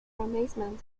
amazement